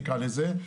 נקרא לזה,